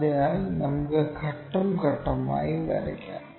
അതിനാൽ നമുക്ക് ഘട്ടം ഘട്ടമായി വരയ്ക്കാം